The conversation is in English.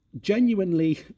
genuinely